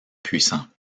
puissants